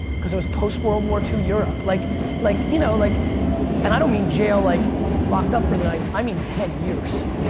cause it was post-world war ii europe. like like you know like and i don't mean jail like locked up for the night i mean ten years.